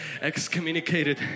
Excommunicated